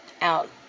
out